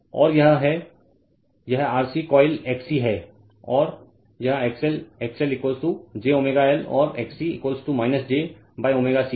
तो और यह है यह RC कोइल XC है और यह XL XL JL ω और XC j ωC है